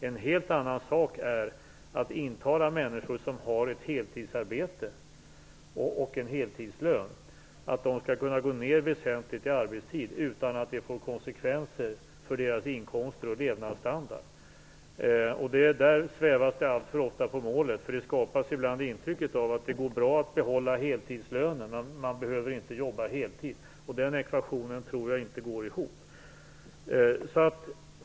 En helt annan sak är att intala människor som har ett heltidsarbete och en heltidslön att de skulle kunna gå ned väsentligt i arbetstid utan att det får konsekvenser för deras inkomster och levnadsstandard. Där svävas det alltför ofta på målet. Ibland skapas intrycket att det går bra att behålla heltidslönen utan att man behöver jobba heltid, och den ekvationen tror jag inte går ihop.